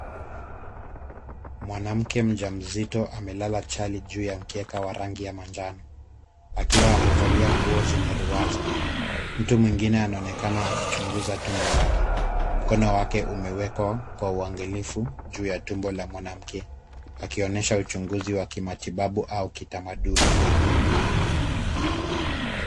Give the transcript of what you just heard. Mwanamke mjamzito amelala chali juu ya mkeka wa rangi ya manjano akiwa amevalia nguo zenye ruwaza. Mtu mwingine anaonekana akichunguza tumbo lake. Mkono wake umewekwa kwa uangalifu juu ya tumbo la mwanamke akionyesha uchunguzi wa kimatibabu au kitamaduni.